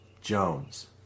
Jones